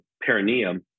perineum